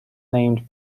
named